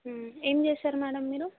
ఏం చేస్తారు మ్యాడమ్ మీరు